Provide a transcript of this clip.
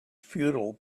futile